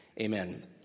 Amen